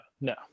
no